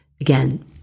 Again